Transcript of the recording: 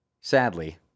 sadly